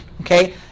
okay